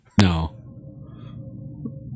No